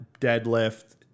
deadlift